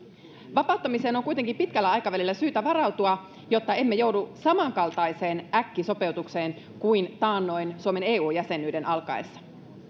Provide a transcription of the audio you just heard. vapauttamiseen on kuitenkin pitkällä aikavälillä syytä varautua jotta emme joudu samankaltaiseen äkkisopeutukseen kuin taannoin suomen eu jäsenyyden alkaessa